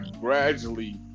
gradually